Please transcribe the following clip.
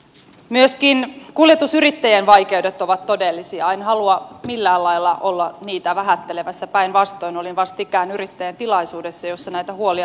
myöskin kuljetusyrittäjien vaikeudet ovat todellisia en halua millään lailla olla niitä vähättelemässä päinvastoin olin vastikään yrittäjätilaisuudessa jossa näitä huolia minulle esitettiin